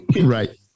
Right